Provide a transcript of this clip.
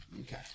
Okay